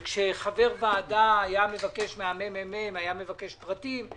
כאשר חבר ועדה היה מבקש פרטים ממרכז המחקר והמידע של הכנסת אז